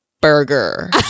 Burger